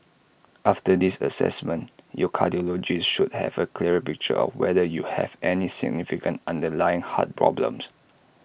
after this Assessment your cardiologist should have A clearer picture of whether you have any significant underlying heart problem